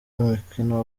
mukino